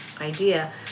idea